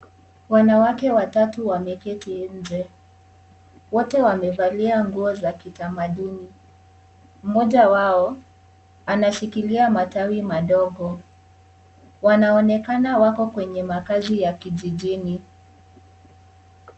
Wanawake watatu, wameketi nje. Wote wamevalia nguo za kitamaduni. Mmoja wao, anashikilia matawi madogo. Wanaonekana wako kwenye makazi ya kijijini.